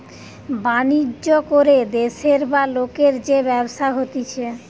বাণিজ্য করে দেশের বা লোকের যে ব্যবসা হতিছে